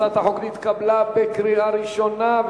הצעת החוק נתקבלה בקריאה ראשונה,